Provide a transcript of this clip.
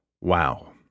wow